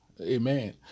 amen